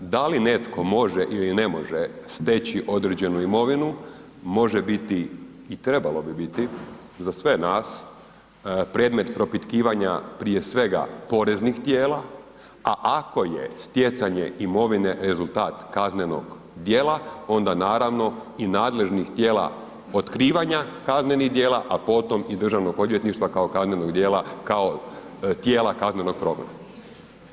Da li netko može ili ne može steći određenu imovinu može biti i trebalo bi biti za sve nas predmet propitkivanja prije svega poreznih tijela, a ako je stjecanje imovine rezultat kaznenog djela onda naravno i nadležnih tijela otkrivanja kaznenih djela, a potom i državnog odvjetništva kao kaznenog djela, kao tijela kaznenog progona.